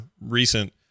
recent